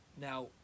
now